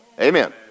Amen